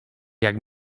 jak